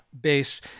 base